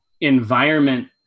environment